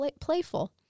playful